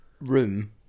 room